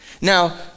Now